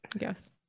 Yes